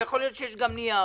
ויכול להיות שיש גם נייר.